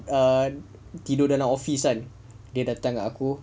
err tidur dalam office kan dia datang dekat aku